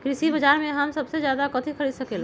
कृषि बाजर में हम सबसे अच्छा कथि खरीद सकींले?